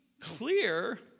clear